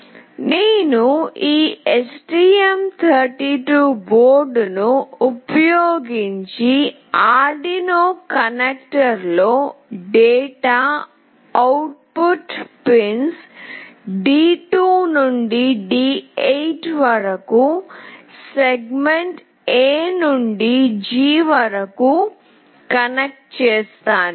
నేను ఈ STM బోర్డ్ను ఉపయోగించి Arduino కనెక్టర్లో డేటా అవుట్పుట్ పిన్స్ D2 నుండి D8 వరకు సెగ్మెంట్ A నుండి G వరకు కనెక్ట్ చేస్తాను